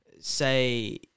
say